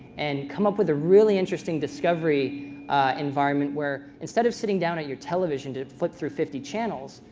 and come up with a really interesting discovery environment where instead of sitting down at your television to flip through fifty channels,